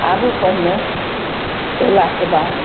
आबू पहिने अयलाके बाद